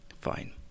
Fine